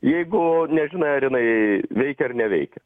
jeigu nežinai ar jinai veikia ar neveikia